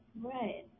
Right